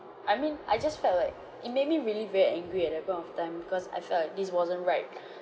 I mean I just felt like it made me really very angry at that point of time because I felt like this wasn't right